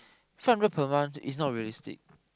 five hundred per month is not realistic